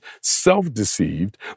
self-deceived